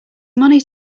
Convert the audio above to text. money